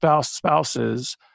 spouses